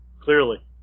clearly